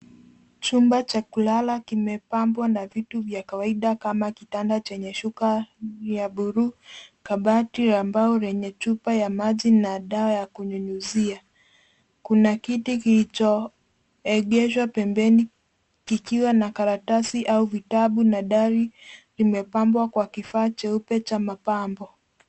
Chumba cha kulala kiimepambwa na vitu vya kawaida kama kitanda chenye shuka ya buluu, kabati ya mbao lenye chupa ya maji na dawa ya kunyunyuzia. Kuna kiti kilichoegeshwa pembeni kikiwa na karatasi au vitabu na dari limepambwa kwa kifaa cheupe cha mapambo.